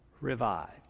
revived